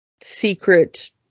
secret